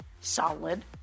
solid